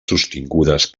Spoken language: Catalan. sostingudes